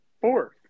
fourth